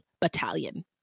Battalion